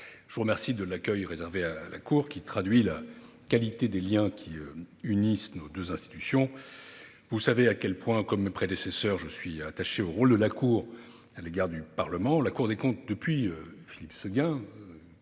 Je vous remercie de l'accueil réservé à la Cour, qui traduit la qualité des liens qui unissent nos deux institutions. Vous savez à quel point, comme mes prédécesseurs, je suis attaché au rôle de la Cour des comptes à l'égard du Parlement. Depuis Philippe Séguin,